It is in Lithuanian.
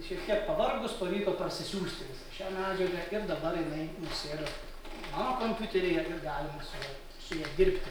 šiek tiek pavargus pavyko parsisiųsti šią medžiagą ir dabar jinai nusėdo mano kompiuteryje ir galima su ja su ja dirbti